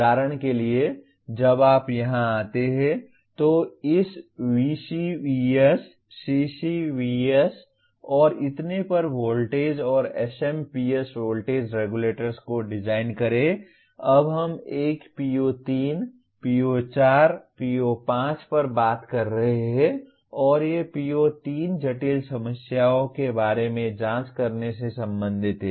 उदाहरण के लिए जब आप यहां आते हैं तो इस VCVS CCVS और इतने पर वोल्टेज और SMPS वोल्टेज रेगुलेटर्स को डिज़ाइन करें अब हम एक PO3 PO4 PO5 पर बात कर रहे हैं और ये PO3 जटिल समस्याओं के बारे में जांच करने से संबंधित हैं